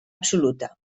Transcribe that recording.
absoluta